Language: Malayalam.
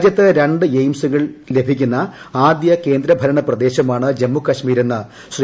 രാജ്യത്ത് രണ്ട് എയിംസുകൾ ലൂഭിക്കുന്ന ആദ്യകേന്ദ്രഭരണ പ്രദേശമാണ് ജമ്മുകൾമീര്യെന്ന് ശ്രീ